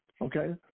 okay